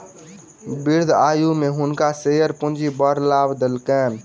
वृद्ध आयु में हुनका शेयर पूंजी बड़ लाभ देलकैन